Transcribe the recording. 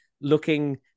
looking